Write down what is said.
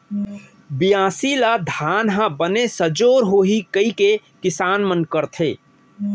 बियासी ल धान ह बने सजोर होही कइके किसान मन करथे